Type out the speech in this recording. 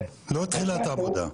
לא תחילת עבודה.